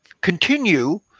continue